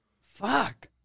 Fuck